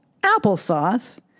Applesauce